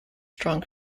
strong